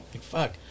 Fuck